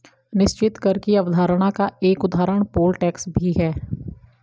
निश्चित कर की अवधारणा का एक उदाहरण पोल टैक्स भी है